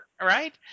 Right